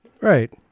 Right